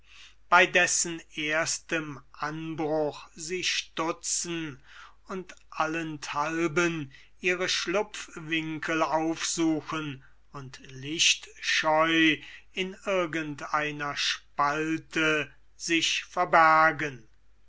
bei dessen erstem anbruch sie stutzen und allenthalben ihre schlupfwinkel aufsuchen und lichtscheu in irgend eine spalte sich verbergen